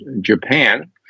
Japan